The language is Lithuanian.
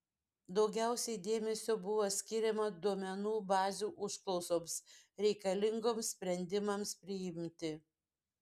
daugiausiai dėmesio buvo skiriama duomenų bazių užklausoms reikalingoms sprendimams priimti